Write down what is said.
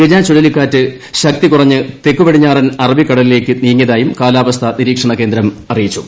ഗജ ചുഴലിക്കാറ്റ് ശക്തികുറഞ്ഞ് തെക്ക് പടിഞ്ഞാറൻ അറബിക്കടലിലേക്ക് നീങ്ങിയതായും കാലാവസ്ഥ നിരീക്ഷണ കേന്ദ്രം അറിയിച്ചു